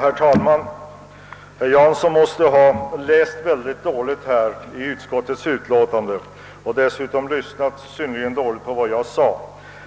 Herr talman! Herr Jansson måste ha läst utskottets utlåtande mycket illa och dessutom ha lyssnat synnerligen dåligt på vad jag sade,